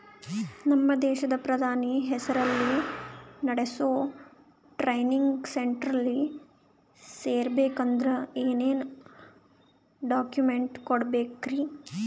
ನಮ್ಮ ದೇಶದ ಪ್ರಧಾನಿ ಹೆಸರಲ್ಲಿ ನೆಡಸೋ ಟ್ರೈನಿಂಗ್ ಸೆಂಟರ್ನಲ್ಲಿ ಸೇರ್ಬೇಕಂದ್ರ ಏನೇನ್ ಡಾಕ್ಯುಮೆಂಟ್ ಕೊಡಬೇಕ್ರಿ?